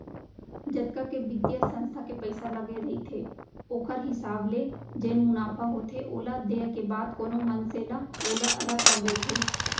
जतका के बित्तीय संस्था के पइसा लगे रहिथे ओखर हिसाब ले जेन मुनाफा होथे ओला देय के बाद कोनो मनसे ह ओला अलग कर देथे